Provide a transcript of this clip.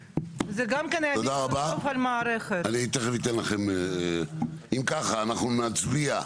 תודה רבה, אני תיכף אתן לכם, אם כך אנחנו נצביע,